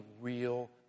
real